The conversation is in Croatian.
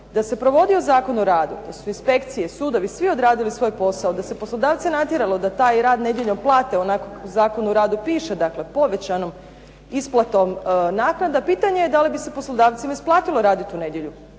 Da se provodio Zakon o radu, da su inspekcije, sudovi, svi odradili svoj posao, da se poslodavce natjeralo da taj rad nedjeljom plate onako kako u Zakonu o radu piše dakle povećanom isplatom naknada pitanje je da li bi se poslodavcima isplatilo raditi u nedjelju.